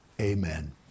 amen